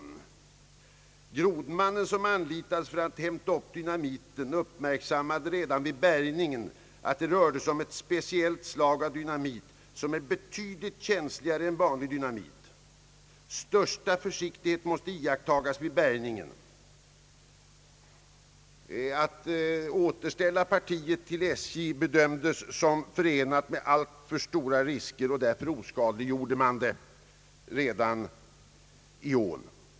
Den grodman som anlitades för att hämta upp dynamiten uppmärksammade redan vid bärgningen att det rörde sig om ett speciellt slag som är betydligt känsligare än vanlig dynamit. Största försiktighet måste iakttagas vid bärgningen. Att återställa partiet till SJ bedömdes som förenat med alltför stora risker, och därför oskadliggjordes det redan i ån.